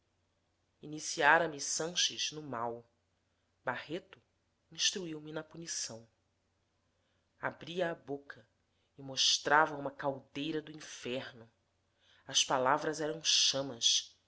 brinquedo iniciara me sanches no mal barreto instruiu me na punição abria a boca e mostrava uma caldeira do inferno as palavras eram chamas